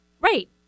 right